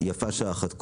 יפה שעה אחת קודם.